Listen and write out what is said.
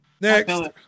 Next